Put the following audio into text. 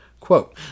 Quote